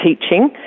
teaching